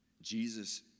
Jesus